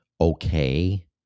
okay